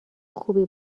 خوبی